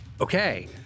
Okay